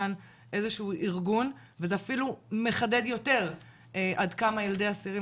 איזה שהוא ארגון וזה אפילו מחדד יותר עד מה ילדי אסירים